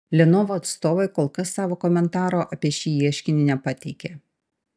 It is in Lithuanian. lenovo atstovai kol kas savo komentaro apie šį ieškinį nepateikė